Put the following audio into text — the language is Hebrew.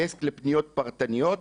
דסק לפניות פרטניות,